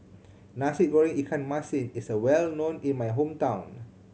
Nasi Goreng ikan masin is well known in my hometown